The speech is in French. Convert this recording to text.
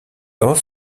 dans